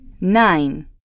nine